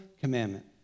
commandment